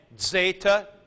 zeta